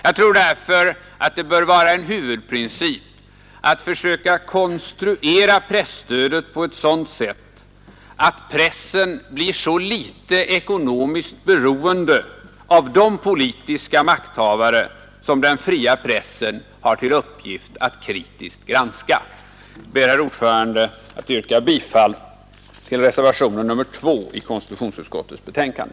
Det bör därför vara en huvudprincip att försöka konstruera presstödet på ett sådant sätt att pressen blir så litet ekonomiskt beroende som möjligt av de politiska makthavare som den fria pressen har till uppgift att kritiskt granska. Jag ber, herr talman, att få yrka bifall till reservationen 2 vid konstitutionsutskottets betänkande.